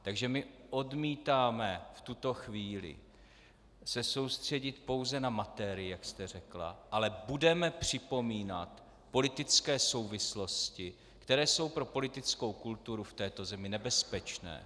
Takže my odmítáme v tuto chvíli se soustředit pouze na materii, jak jste řekla, ale budeme připomínat politické souvislosti, které jsou pro politickou kulturu v této věci nebezpečné.